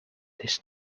this